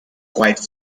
quite